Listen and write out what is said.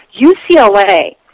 UCLA